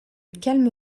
calme